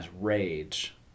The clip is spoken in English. rage